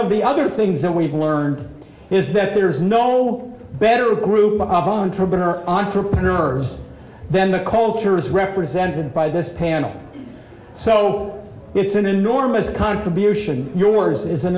of the other things that we've learned is that there is no better group of entrepreneur entrepreneurs then the culture is represented by this panel so it's an enormous contribution yours is an